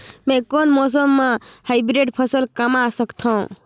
मै कोन मौसम म हाईब्रिड फसल कमा सकथव?